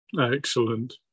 Excellent